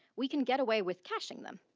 we can get away with caching them,